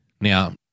Now